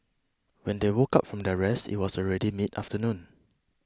when they woke up from their rest it was already mid afternoon